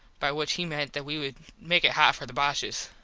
by which he meant that we would make it hot for the boshes.